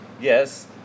Yes